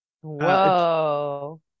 Whoa